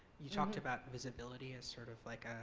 you talked about visibility as sort of like